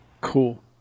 Cool